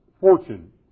fortune